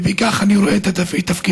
וכך אני רואה את תפקידם.